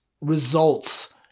results